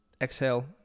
exhale